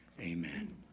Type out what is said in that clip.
Amen